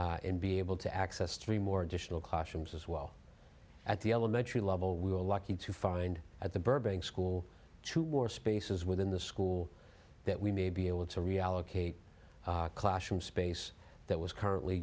and be able to access three more additional classrooms as well at the elementary level we were lucky to find at the burbank school two or spaces within the school that we may be able to reallocate classroom space that was currently